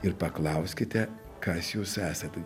ir paklauskite kas jūs esat